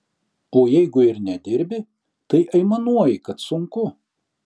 o jeigu ir nedirbi tai aimanuoji kad sunku